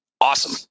Awesome